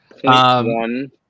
One